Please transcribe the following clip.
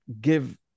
give